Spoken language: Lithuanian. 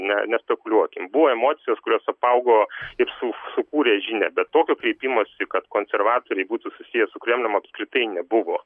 ne nespekuliuokim buvo emocijos kurios apaugo taip su sukūrė žinią bet tokio kreipimosi kad konservatoriai būtų susiję su kremlium apskritai nebuvo